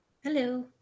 Hello